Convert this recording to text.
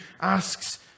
asks